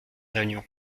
réunion